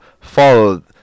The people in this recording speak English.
follow